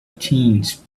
teens